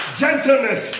gentleness